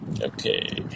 Okay